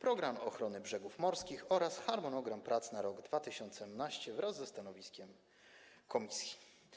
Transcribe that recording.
„Program ochrony brzegów morskich” oraz harmonogramu prac na rok 2018 wraz ze stanowiskiem komisji.